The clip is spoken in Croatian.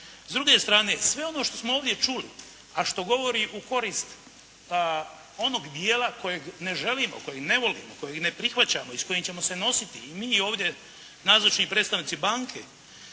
S druge strane, sve ono što smo ovdje čuli, a što govori u korist onog dijela koji ne želimo, koji ne volimo, koji ne prihvaćamo i s kojim ćemo se nositi i mi ovdje nazočni predstavnici banke,